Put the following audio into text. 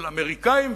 של האמריקנים,